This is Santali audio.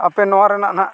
ᱟᱯᱮ ᱱᱚᱣᱟ ᱨᱮᱱᱟᱜ ᱱᱟᱜ